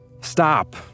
Stop